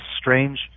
strange